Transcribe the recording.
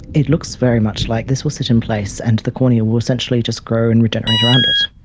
it looks very much like this will sit in place and the cornea will essentially just grow and regenerate around it.